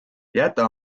jäta